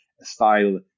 style